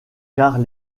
car